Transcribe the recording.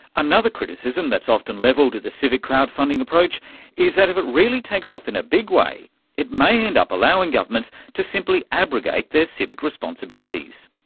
another criticism that's often levelled at the civic crowd-funding approach is that if it really takes off in a big way it may end up allowing governments to simply abrogate their civic responsibilities.